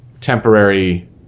temporary